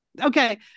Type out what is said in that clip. okay